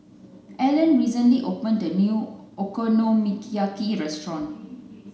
Hellen recently opened a new Okonomiyaki restaurant